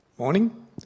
Morning